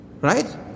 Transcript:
Right